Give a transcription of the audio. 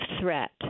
threat